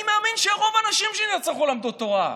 אני מאמין שרוב האנשים שנרצחו למדו תורה.